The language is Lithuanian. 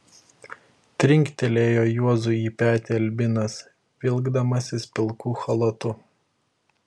trinktelėjo juozui į petį albinas vilkdamasis pilku chalatu